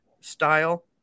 style